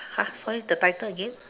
!huh! sorry the title again